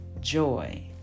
joy